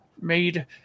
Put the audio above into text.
made